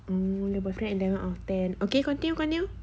!woo! your boyfriend eleven out of ten okay continue continue